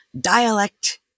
dialect